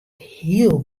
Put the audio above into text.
hiel